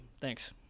thanks